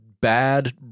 bad